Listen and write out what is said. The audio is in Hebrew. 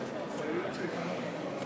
חברי הכנסת.